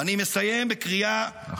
אני מסיים בקריאה -- עכשיו.